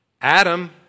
Adam